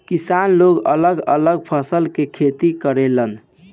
किसान लोग अलग अलग फसल के खेती करेलन